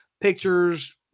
pictures